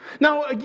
Now